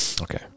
Okay